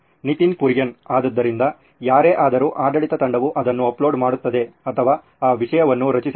ನಿತಿನ್ ಕುರಿಯನ್ ಆದ್ದರಿಂದ ಯಾರೇ ಆದರು ಆಡಳಿತ ತಂಡವು ಅದನ್ನು ಅಪ್ಲೋಡ್ ಮಾಡುತ್ತದೆ ಅಥವಾ ಆ ವಿಷಯವನ್ನು ರಚಿಸುತ್ತದೆ